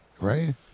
right